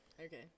Okay